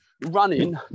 running